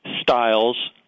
styles